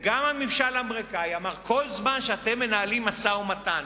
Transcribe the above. וגם הממשל האמריקני אמר: כל זמן שאתם מנהלים משא-ומתן,